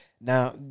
Now